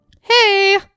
Hey